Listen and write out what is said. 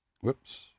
Whoops